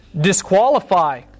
disqualify